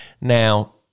Now